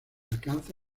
alcanza